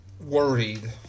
worried